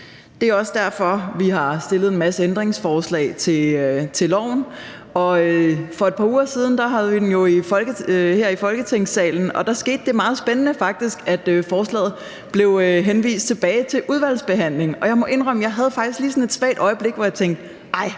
Det er også derfor, vi har stillet en masse ændringsforslag til lovforslaget. For et par uger siden behandlede vi den jo her i Folketingssalen, og der skete det meget spændende faktisk, at forslaget blev henvist til fornyet udvalgsbehandling, og jeg må indrømme, at jeg faktisk lige havde sådan et svagt øjeblik, hvor jeg tænkte: